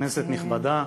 כנסת נכבדה,